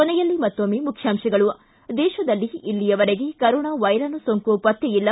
ಕೊನೆಯಲ್ಲಿ ಮತ್ತೊಮ್ನೆ ಮುಖ್ಯಾಂಶಗಳು ್ತು ದೇಶದಲ್ಲಿ ಇಲ್ಲಿಯವರೆಗೆ ಕರೋನಾ ವೈರಾಣು ಸೋಂಕು ಪತ್ತೆಯಿಲ್ಲ